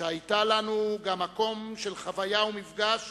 שהיתה לנו גם מקום חוויה ומפגש,